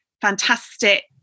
fantastic